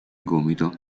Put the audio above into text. gomito